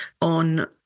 on